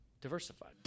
diversified